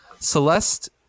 Celeste